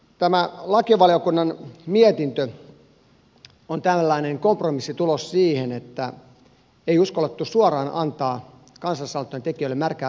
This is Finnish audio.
tämä lakivaliokunnan mietintö on tällainen kompromissitulos siitä että ei uskallettu suoraan antaa kansalaisaloitteen tekijöille märkää rättiä kasvoille